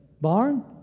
Barn